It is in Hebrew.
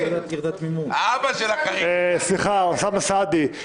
אוסאמה סעדי,